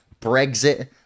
Brexit